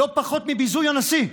לא פחות מביזוי הנשיא.